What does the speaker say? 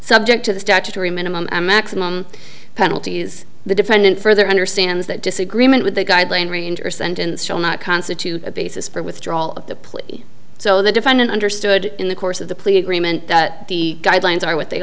subject to the statutory minimum and maximum penalties the defendant further understands that disagreement with a guideline reenter sentence shall not constitute a basis for withdrawal of the plea so the defendant understood in the course of the plea agreement that the guidelines are what they